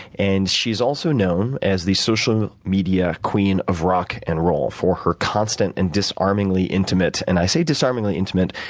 and she's also known as the social media queen of rock and roll for her constant and disarmingly intimate and i say disarmingly intimate,